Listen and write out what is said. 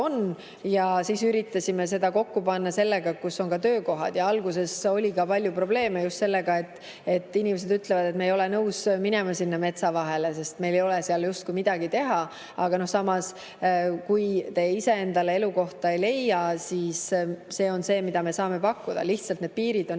on, ja siis üritasime seda teavet kokku panna sellega, kus on töökohad. Alguses oligi palju probleeme just sellega, et inimesed ütlesid, et nad ei ole nõus minema sinna metsa vahele, sest neil ei ole seal midagi teha. Aga samas, kui te ise endale elukohta ei leia, siis see on see, mida meie saame pakkuda. Lihtsalt piirid on